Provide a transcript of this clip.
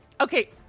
Okay